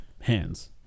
hands